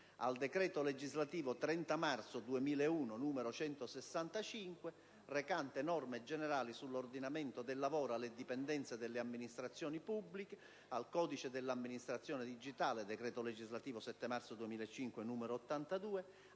al decreto legislativo 30 marzo 2001, n. 165, recante norme generali sull'ordinamento del lavoro alle dipendenze delle amministrazioni pubbliche, al codice dell'amministrazione digitale (decreto legislativo 7 marzo 2005, n. 82)